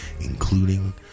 including